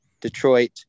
Detroit